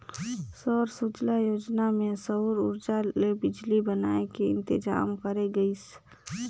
सौर सूजला योजना मे सउर उरजा ले बिजली बनाए के इंतजाम करे गइस